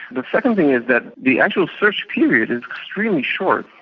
the second thing is that the actual search period is extremely short,